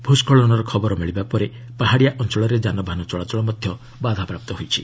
ଭୂସ୍କଳନର ଖବର ମିଳିବା ପରେ ପାହାଡ଼ିଆ ଅଞ୍ଚଳରେ ଯାନବାନହ ଚଳାଚଳ ମଧ୍ୟ ବାଧାପ୍ରାପ୍ତ ହୋଇଛି